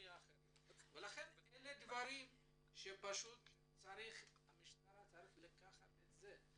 לכן אלה דברים שהמשטרה צריכה לקחת את זה,